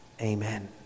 Amen